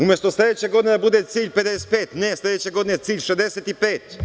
Umesto sledeće godine da bude cilj 55, ne, sledeće godine je cilj 65.